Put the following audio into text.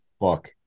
fuck